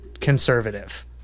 conservative